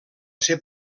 ser